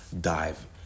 dive